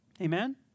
Amen